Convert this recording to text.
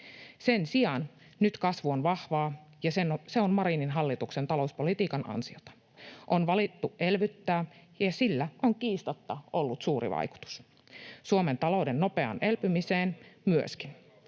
Sen sijaan nyt kasvu on vahvaa, ja se on Marinin hallituksen talouspolitiikan ansiota. On valittu elvyttää, ja sillä on kiistatta ollut suuri vaikutus Suomen talouden nopeaan elpymiseen myöskin.